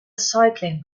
cycling